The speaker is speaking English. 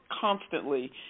constantly